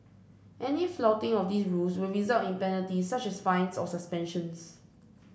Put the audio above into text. any flouting of these rules would result in penalties such as fines or suspension